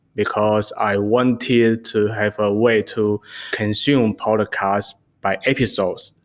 because i wanted to have a way to consume podcast by episodes,